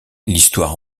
l’histoire